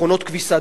מכונות כביסה,